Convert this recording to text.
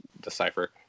decipher